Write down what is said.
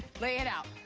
lay it out.